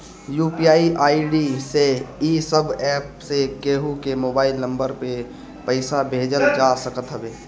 UPI ID से इ सब एप्प से केहू के मोबाइल नम्बर पअ पईसा भेजल जा सकत हवे